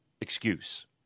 excuse